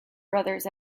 brothers